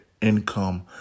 income